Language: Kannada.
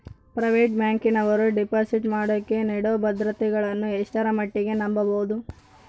ಪ್ರೈವೇಟ್ ಬ್ಯಾಂಕಿನವರು ಡಿಪಾಸಿಟ್ ಮಾಡೋಕೆ ನೇಡೋ ಭದ್ರತೆಗಳನ್ನು ಎಷ್ಟರ ಮಟ್ಟಿಗೆ ನಂಬಬಹುದು?